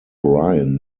ryan